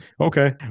okay